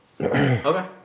Okay